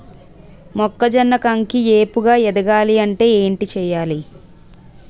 మొక్కజొన్న కంకి ఏపుగ ఎదగాలి అంటే ఏంటి చేయాలి?